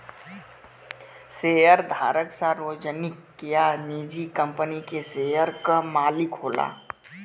शेयरधारक सार्वजनिक या निजी कंपनी के शेयर क मालिक होला